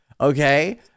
Okay